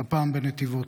הפעם בנתיבות.